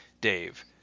dave